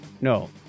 no